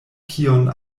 kion